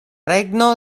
regno